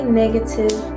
negative